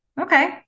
Okay